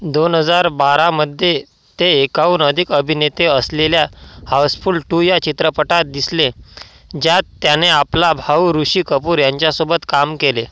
दोन हजार बारामध्ये ते एकाहून अधिक अभिनेते असलेल्या हाऊसफुल टू या चित्रपटात दिसले ज्यात त्याने आपला भाऊ ऋषी कपूर यांच्यासोबत काम केले